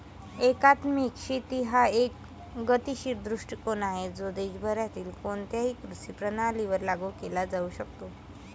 एकात्मिक शेती हा एक गतिशील दृष्टीकोन आहे जो जगभरातील कोणत्याही कृषी प्रणालीवर लागू केला जाऊ शकतो